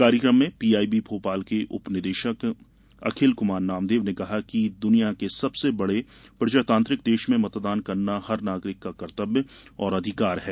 कार्यक्रम में पीआईबी भोपाल के उप निदेशक अखिल कुमार नामदेव ने कहा कि दुनिया के सबसे बड़े प्रजातांत्रिक देश में मतदान करना हर नागरिक का कर्तव्य और अधिकार है